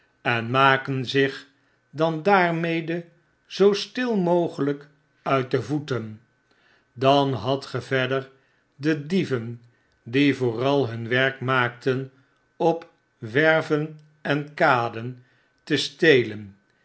en maken zich dan daarmede zoo stil mogeljjk uit de voeten dan hadt ge verder de dieven die vooral hun werk maakten op werven en kaden te stelen